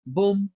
Boom